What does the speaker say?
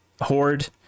Horde